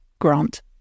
Grant